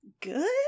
good